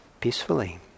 peacefully